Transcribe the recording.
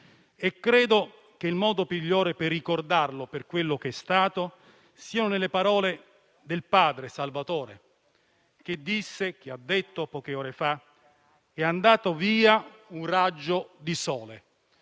Credo che il modo migliore per ricordarlo per quello che è stato sia con le parole del padre Salvatore di poche ore fa: «È andato via un raggio di sole».